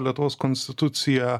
lietuvos konstitucija